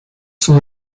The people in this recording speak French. sont